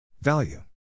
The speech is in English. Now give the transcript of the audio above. Value